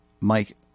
Mike